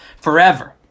forever